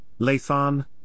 Lathan